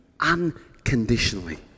unconditionally